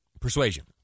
persuasion